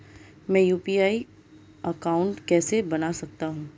मैं UPI account कैसे बना सकता हूं?